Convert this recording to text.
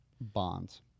Bonds